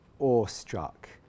awestruck